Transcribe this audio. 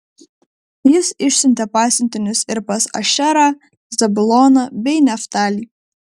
jis išsiuntė pasiuntinius ir pas ašerą zabuloną bei neftalį